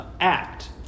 act